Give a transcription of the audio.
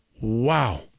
Wow